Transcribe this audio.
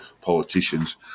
politicians